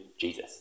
Jesus